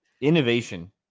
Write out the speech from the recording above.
innovation